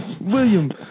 William